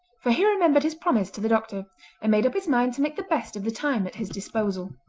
for he remembered his promise to the doctor, and made up his mind to make the best of the time at his disposal.